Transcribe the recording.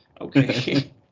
Okay